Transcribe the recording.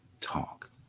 talk